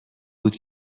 بود